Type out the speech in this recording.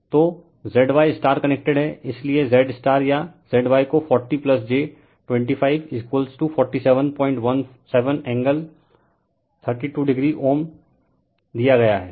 तो Z y star connected है इसलिए Z स्टार या Z y को 40 j25 4717 एंगल 32oΩ दिया गया है